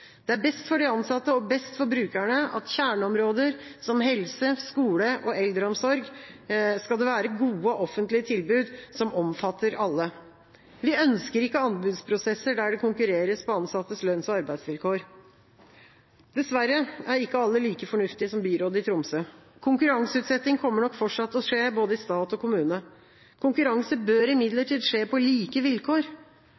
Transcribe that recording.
Det er best for de ansatte og best for brukerne at innen kjerneområder som helse, skole og eldreomsorg skal det være gode offentlige tilbud som omfatter alle. Vi ønsker ikke anbudsprosesser der det konkurreres på ansattes lønns- og arbeidsvilkår. Dessverre er ikke alle like fornuftige som byrådet i Tromsø. Konkurranseutsetting kommer nok fortsatt til å skje både i stat og kommune. Konkurranse bør imidlertid skje på like vilkår.